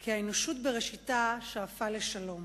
כי האנושות בראשיתה שאפה לשלום.